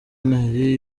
noheli